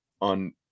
on –